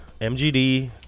MGD